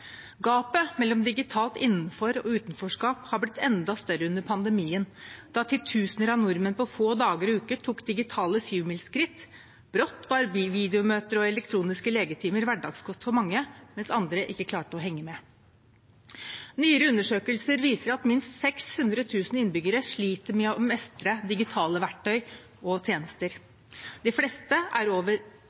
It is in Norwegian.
Gapet mellom digitalt «innenforskap» og utenforskap har blitt enda større under pandemien, da titusener av nordmenn på få dager og uker tok digitale sjumilsskritt. Brått var videomøter og elektroniske legetimer hverdagskost for mange, mens andre ikke klarte å henge med. Nyere undersøkelser viser at minst 600 000 innbyggere sliter med å mestre digitale verktøy og tjenester. De fleste er over